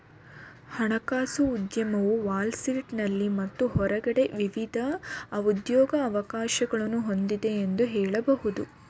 ಹಣಕಾಸು ಉದ್ಯಮವು ವಾಲ್ ಸ್ಟ್ರೀಟ್ನಲ್ಲಿ ಮತ್ತು ಹೊರಗೆ ವಿವಿಧ ಉದ್ಯೋಗವಕಾಶಗಳನ್ನ ಹೊಂದಿದೆ ಎಂದು ಹೇಳಬಹುದು